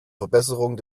verbesserung